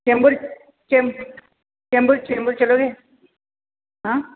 चेंबूर चेम चेंबूर चेंबूर चलोगे आं